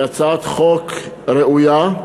היא הצעת חוק ראויה,